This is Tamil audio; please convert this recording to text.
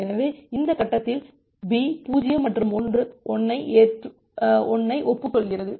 எனவே இந்த கட்டத்தில் B 0 மற்றும் 1 ஐ ஒப்புக்கொள்கிறது